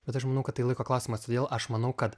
bet aš manau kad tai laiko klausimas todėl aš manau kad